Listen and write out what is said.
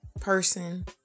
person